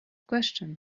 question